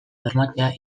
bermatzea